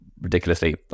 ridiculously